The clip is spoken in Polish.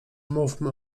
mówmy